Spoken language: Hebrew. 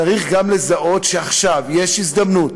צריך גם לזהות שעכשיו יש הזדמנות,